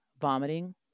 vomiting